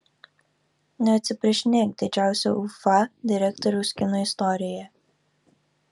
neatsiprašinėk didžiausio ufa direktoriaus kino istorijoje